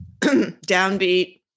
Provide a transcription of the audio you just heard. downbeat